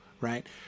right